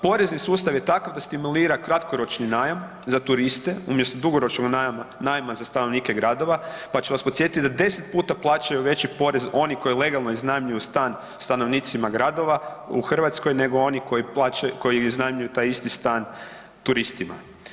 Porezni sustav je takav da stimulira kratkoročni najam za turiste umjesto dugoročnog najma za stanovnike gradova, pa ću vas podsjetiti da 10 puta plaćaju veći porez oni koji legalno iznajmljuju stan stanovnicima gradova u Hrvatskoj nego oni koji iznajmljuju taj isti stan turistima.